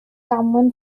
damwain